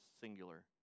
singular